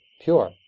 pure